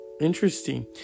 Interesting